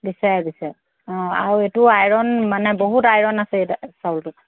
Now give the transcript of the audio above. বিচাৰে বিচাৰে অ' আৰু এইটো আইৰণ মানে বহুত আইৰণ আছে চাউলটোত